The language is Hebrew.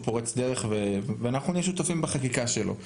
פורץ דרך ואנחנו נהיה שותפים בחקיקה שלו.